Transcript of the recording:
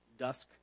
Dusk